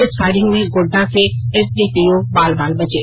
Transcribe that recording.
इस फायरिंग में गोड्डा के एसडीपीओ बाल बाल बचे